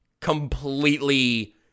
completely